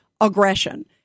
aggression